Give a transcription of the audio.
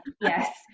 Yes